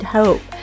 hope